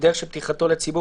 בדרך של פתיחתו לציבור,